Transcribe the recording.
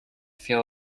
feel